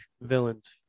villains